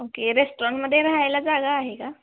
okay रेस्टॉरनमध्ये रहायला जागा आहे का